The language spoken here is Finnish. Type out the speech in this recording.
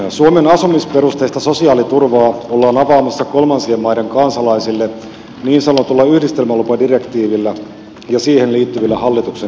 suomen asumisperusteista sosiaaliturvaa ollaan avaamassa kolmansien maiden kansalaisille niin sanotulla yhdistelmälupadirektiivillä ja siihen liittyvillä hallituksen esityksillä